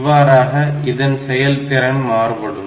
இவ்வாறாக இதன் செயல்திறன் மாறுபடும்